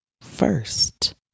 first